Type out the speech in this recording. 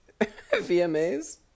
VMAs